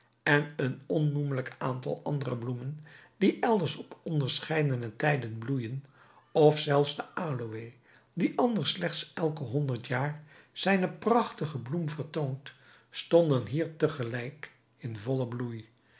en een onnoemelijk aantal andere bloemen die elders op onderscheidene tijden bloeijen tot zelfs de aloë die anders slechts elke honderd jaar zijne prachtige bloem vertoont stonden hier te gelijk in vollen bloei